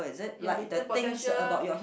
you're hidden potential